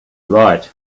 right